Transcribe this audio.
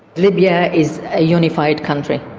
libya is a unified country,